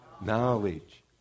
knowledge